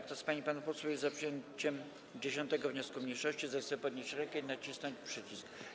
Kto z pań i panów posłów jest za przyjęciem 10. wniosku mniejszości, zechce podnieść rękę i nacisnąć przycisk.